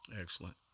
Excellent